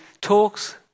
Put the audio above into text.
talks